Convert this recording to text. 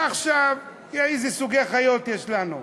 ועכשיו, איזה סוגי חיות יש לנו?